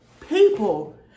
people